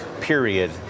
period